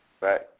right